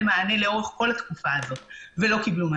מענה לאורך כל התקופה הזאת ולא קיבלו.